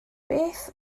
beth